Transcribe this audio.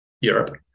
Europe